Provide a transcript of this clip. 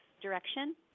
direction